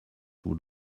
would